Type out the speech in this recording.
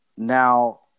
Now